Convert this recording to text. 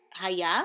haya